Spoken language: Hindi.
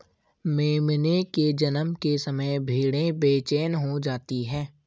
मेमने के जन्म के समय भेड़ें बेचैन हो जाती हैं